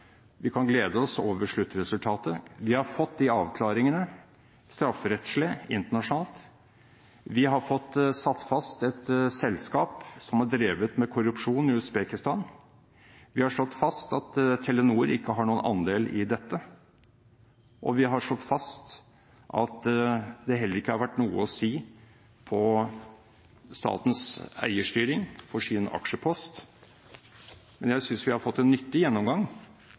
Vi kan glede oss over sluttresultatet. Vi har fått avklaring – strafferettslig internasjonalt. Vi har fått satt fast et selskap som har drevet med korrupsjon i Usbekistan. Vi har slått fast at Telenor ikke har noen andel i dette. Og vi har slått fast at det heller ikke har vært noe å si på statens eierstyring av sin aksjepost. Men jeg synes vi har fått en nyttig gjennomgang,